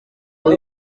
ngo